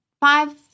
Five